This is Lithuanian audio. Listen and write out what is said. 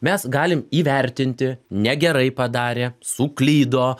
mes galim įvertinti negerai padarė suklydo